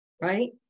Right